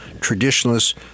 traditionalists